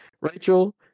Rachel